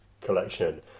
collection